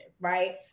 right